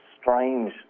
strange